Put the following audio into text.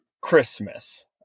Christmas